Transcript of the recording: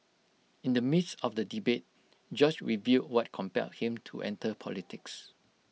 in the midst of the debate George revealed what compelled him to enter politics